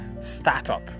startup